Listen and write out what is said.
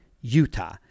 Utah